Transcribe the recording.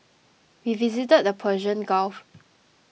we visited the Persian Gulf